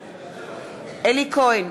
בעד אלי כהן,